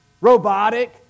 robotic